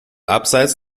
abseits